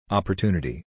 Opportunity